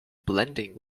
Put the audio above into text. blending